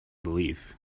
belief